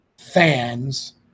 fans